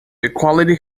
equality